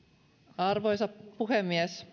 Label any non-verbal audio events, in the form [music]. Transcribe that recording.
arvoisa puhemies [unintelligible]